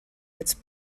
its